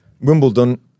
Wimbledon